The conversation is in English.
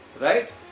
Right